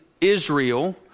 Israel